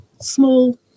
Small